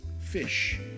fish